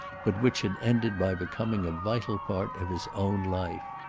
but which had ended by becoming a vital part of his own life.